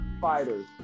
fighters